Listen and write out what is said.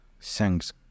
thanks